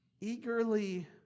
eagerly